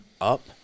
up